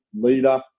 leader